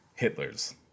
Hitlers